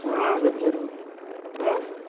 हाँ जब जरूर